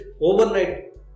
overnight